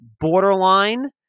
borderline